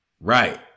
right